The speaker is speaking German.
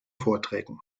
vorträgen